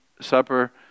Supper